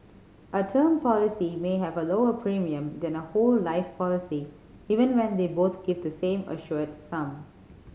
a term policy may have a lower premium than a whole life policy even when they both give the same assured sum